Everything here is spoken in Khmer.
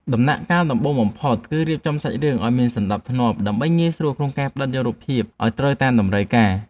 ដំណាក់កាលដំបូងបំផុតគឺរៀបចំសាច់រឿងឱ្យមានសណ្ដាប់ធ្នាប់ដើម្បីងាយស្រួលក្នុងការផ្ដិតយករូបភាពឱ្យត្រូវតាមតម្រូវការ។